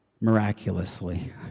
miraculously